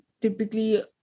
typically